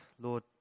Lord